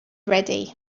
ready